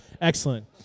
Excellent